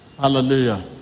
Hallelujah